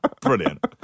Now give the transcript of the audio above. brilliant